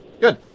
Good